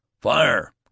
Fire